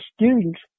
students